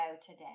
today